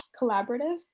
collaborative